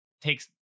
takes